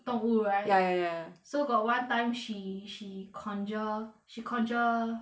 动物 right ya ya ya so got one time she she conjure she conjure